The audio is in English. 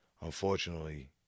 unfortunately